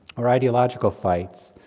or ideological fights,